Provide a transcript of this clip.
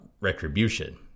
retribution